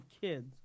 kids